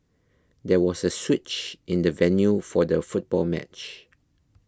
there was a switch in the venue for the football match